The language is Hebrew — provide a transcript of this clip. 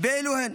ואלו הן: